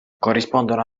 corrispondono